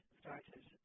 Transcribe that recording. started